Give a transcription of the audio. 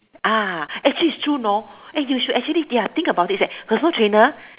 ah actually is true know eh you should actually ya think about this eh personal trainer